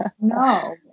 No